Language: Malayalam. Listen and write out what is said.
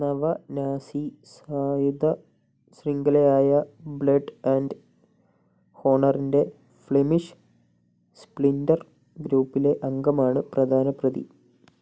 നവ നാസി സായുധ ശൃംഖലയായ ബ്ലഡ് ആൻഡ് ഹോണറിൻ്റെ ഫ്ലിമിഷ് സ്പ്ലിൻറ്റർ ഗ്രൂപ്പിലെ അംഗമാണ് പ്രധാന പ്രതി